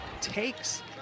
takes